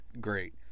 Great